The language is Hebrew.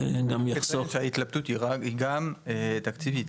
ההתלבטות היא גם תקציבית,